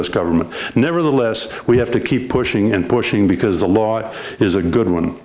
s government nevertheless we have to keep pushing and pushing because the law is a good one